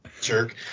jerk